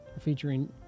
featuring